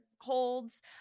holds